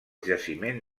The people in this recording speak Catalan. jaciment